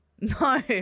No